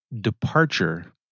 departure